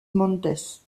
montes